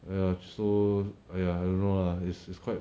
!aiya! so !aiya! I don't know lah is is quite